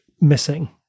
missing